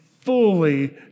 fully